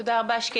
תודה רבה, שקדי.